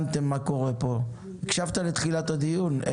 הקשבת לתחילת הדיון?